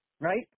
right